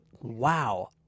Wow